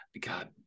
God